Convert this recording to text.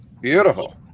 Beautiful